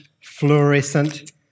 fluorescent